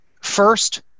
First